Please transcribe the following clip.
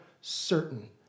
certain